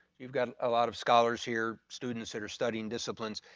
you've got a lot of scholars here, students that are studying disciplines.